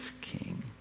king